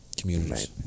communities